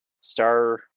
star